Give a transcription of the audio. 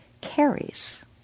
carries